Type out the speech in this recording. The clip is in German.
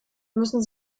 müssen